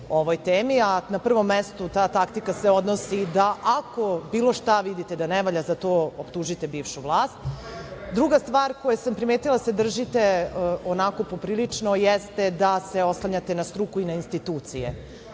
ovoj temi. Na prvom mestu ta taktika se odnosi da, ako bilo šta vidite da ne valja, za to optužite bivšu vlast. Drugu stvar koju sam primetila, a koje se držite onako poprilično, jeste da se oslanjate na struku i na institucije.